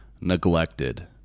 neglected